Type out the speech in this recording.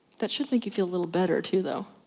that should make you feel a little better too though.